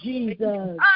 Jesus